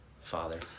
Father